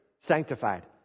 Sanctified